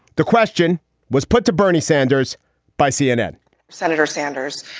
the question was put to bernie sanders by cnn senator sanders,